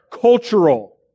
cultural